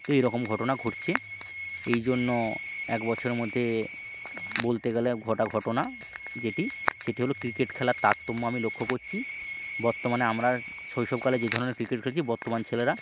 তো এই রকম ঘটনা ঘটছে এই জন্য এক বছরের মধ্যে বলতে গেলে ঘটা ঘটনা যেটি সেটি হল ক্রিকেট খেলার তারতম্য আমি লক্ষ্য করছি বর্তমানে আমরা শৈশবকালে যে ধরনের ক্রিকেট খেলেছি বর্তমান ছেলেরা